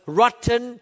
rotten